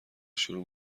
شروع